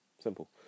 Simple